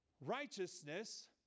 righteousness